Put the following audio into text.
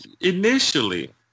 Initially